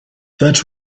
that